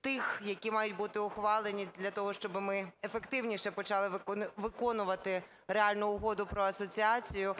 тих, які мають бути ухвалені для того, щоб ми ефективніше почали виконувати реальну Угоду про асоціацію.